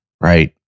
Right